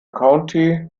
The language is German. county